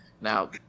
Now